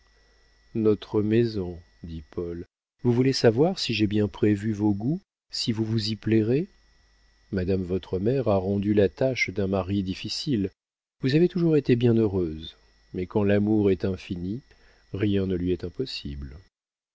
notre maison dit paul vous voulez savoir si j'ai bien prévu vos goûts si vous vous y plairez madame votre mère a rendu la tâche d'un mari difficile vous avez toujours été bien heureuse mais quand l'amour est infini rien ne lui est impossible